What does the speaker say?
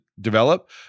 develop